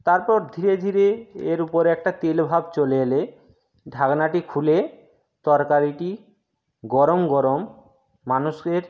তারপর ধীরে ধীরে এর উপর একটা তেলভাব চলে এলে ঢাকনাটি খুলে তরকারিটি গরম গরম মানুষের